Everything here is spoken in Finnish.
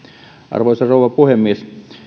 arvoisa rouva puhemies